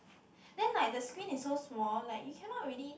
then like the screen is so small like you cannot really